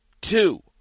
two